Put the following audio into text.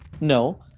No